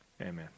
amen